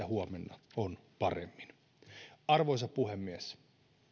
huomenna on paremmin arvoisa puhemies hallituksen